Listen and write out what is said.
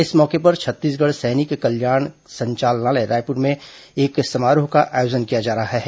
इस मौके पर छत्तीसगढ़ सैनिक कल्याण संचालनालय द्वारा रायपुर में एक समारोह का आयोजन किया जा रहा है